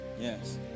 Yes